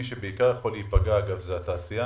מי שבעיקר יכול להיפגע זה התעשייה,